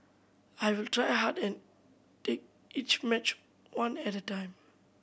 I will try hard and take each match one at a time